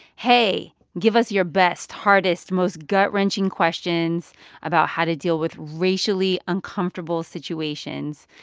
hey, give us your best, hardest most gut-wrenching questions about how to deal with racially uncomfortable situations.